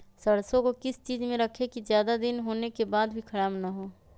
सरसो को किस चीज में रखे की ज्यादा दिन होने के बाद भी ख़राब ना हो?